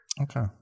Okay